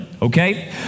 Okay